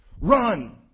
Run